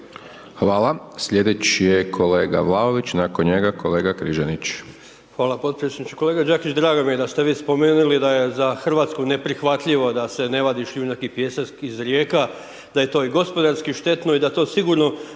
Hvala, slijedeći je kolega Vlaović, nakon njega kolega Križanić. **Vlaović, Davor (HSS)** Hvala podpredsjedniče, kolega Đakić drago mi je da ste vi spomenuli da je za Hrvatsku neprihvatljivo da se ne vadi šljunak i pijesak iz rijeka, da je to i gospodarski štetno i da to sigurno